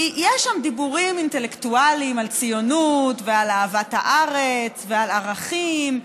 כי יש שם דיבורים אינטלקטואליים על ציונות ועל אהבת הארץ ועל ערכים,